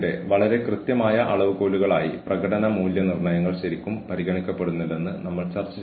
ഭീഷണിപ്പെടുത്തുന്നയാളോടുള്ള പ്രതികരണമായി ജോലിസ്ഥലത്തെ ഭീഷണിപ്പെടുത്തൽ നിയന്ത്രിക്കുന്നതിനുള്ള പ്രത്യേക തന്ത്രങ്ങൾ